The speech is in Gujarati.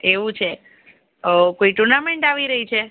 એવું છે કોઈ ટુર્નામેન્ટ આવી રહી છે